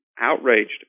outraged